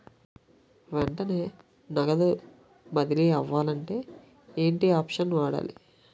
వెంటనే నగదు బదిలీ అవ్వాలంటే ఏంటి ఆప్షన్ వాడాలి?